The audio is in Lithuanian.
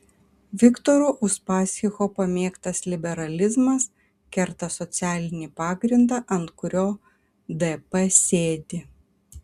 viktoro uspaskicho pamėgtas liberalizmas kerta socialinį pagrindą ant kurio dp sėdi